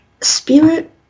spirit